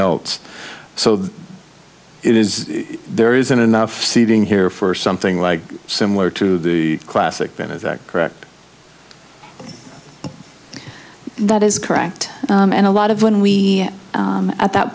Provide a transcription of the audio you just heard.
else so it is there isn't enough seating here for something like similar to the classic then is that correct that is correct and a lot of when we at that